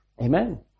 Amen